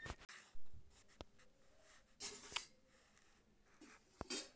सरसो कौन व्यवसाय कइसे करबो?